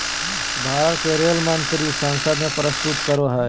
भारत के रेल मंत्री संसद में प्रस्तुत करो हइ